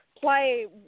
play